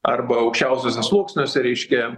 arba aukščiausiuose sluoksniuose reiškia